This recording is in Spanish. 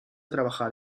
trabajar